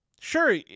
Sure